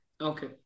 Okay